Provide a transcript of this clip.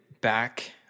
back